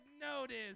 notice